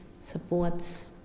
supports